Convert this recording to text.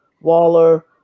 Waller